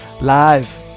live